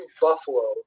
Buffalo